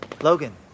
Logan